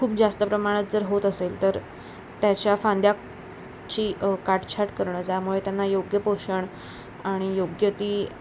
खूप जास्त प्रमाणात जर होत असेल तर त्याच्या फांद्याची काटछाट करणं ज्यामुळे त्यांना योग्य पोषण आणि योग्य ती